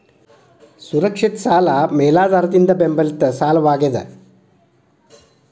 ಸುರಕ್ಷಿತ ಸಾಲ ಮೇಲಾಧಾರದಿಂದ ಬೆಂಬಲಿತ ಸಾಲವಾಗ್ಯಾದ